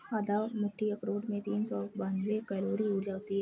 आधी मुट्ठी अखरोट में तीन सौ बानवे कैलोरी ऊर्जा होती हैं